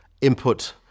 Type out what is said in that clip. input